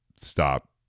stop